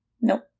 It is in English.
Nope